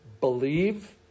Believe